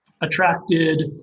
attracted